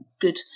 good